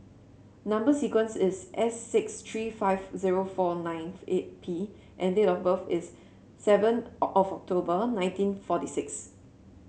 number sequence is S six three five zero four nine eight P and date of birth is seven October nineteen forty six